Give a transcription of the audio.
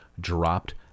dropped